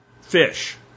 fish